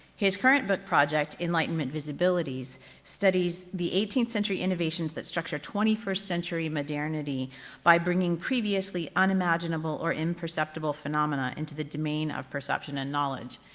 his current book project, enlightenment visibilities studies the eighteenth century innovations that structure twenty first century modernity by bringing previously unimaginable or imperceptible phenomena into the domain of perception and knowledge.